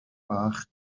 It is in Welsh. bach